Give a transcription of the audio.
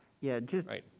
yeah, just, right